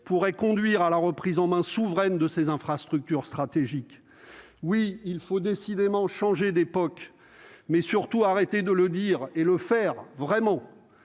pourraient conduire à la reprise en main souveraine de ses infrastructures stratégiques oui il faut décidément changé d'époque, mais surtout arrêter de le dire et le faire vraiment